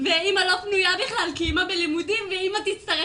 ואמא לא פנויה בכלל כי אמא בלימודים ואמא תצטרך